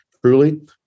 truly